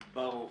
ברור.